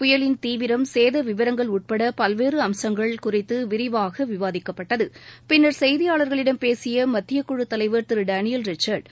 புயலின் தீவிரம் சேத விவரங்கள் உட்பட பல்வேறு அம்சங்கள் விரிவாக விவாதிக்கப்பட்டது பின்னர் செய்தியாளர்களிடம் பேசிய மத்தியக்குழு தலைவர் திரு டேனியல் ரிச்சர்டு